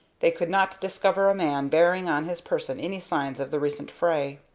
they could not discover a man bearing on his person any signs of the recent fray.